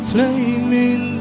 Flaming